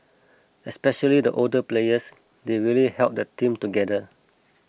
especially the older players they really held the team together